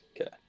Okay